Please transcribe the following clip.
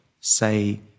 say